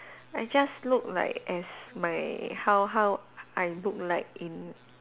I just look like as my how how I look like in